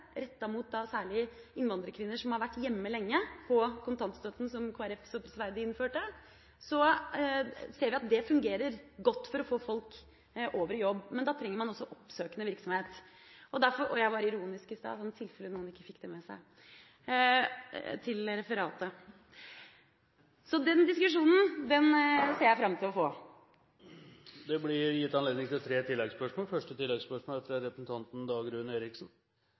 særlig mot innvandrerkvinner som har vært lenge hjemme på kontantstøtten som Kristelig Folkeparti så prisverdig innførte. Vi ser at det fungerer godt for å få folk over i jobb. Men da trenger man også oppsøkende virksomhet – jeg var ironisk i stad, i tilfelle noen ikke fikk det med seg – til referatet. Så den diskusjonen ser jeg fram til å få. Det blir gitt anledning til tre oppfølgingsspørsmål – først representanten Dagrun Eriksen.